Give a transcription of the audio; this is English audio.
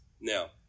now